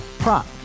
Prop